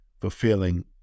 fulfilling